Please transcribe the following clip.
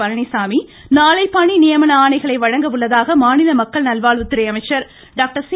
பழனிச்சாமி நாளை பணிநியமன ஆணைகளை வழங்க உள்ளதாக மாநில மக்கள் நல்வாழ்வுதுறை அமைச்சர் டாக்டர் சி